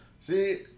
See